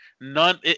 None